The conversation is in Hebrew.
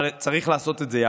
אבל צריך לעשות את זה יחד.